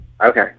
Okay